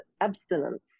abstinence